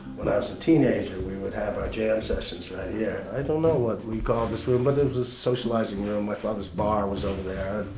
when i was a teenager we would have our jam sessions right here. yeah i don't know what we called this room but it was a socializing room, my father's bar was over there.